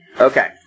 okay